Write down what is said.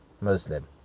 Muslim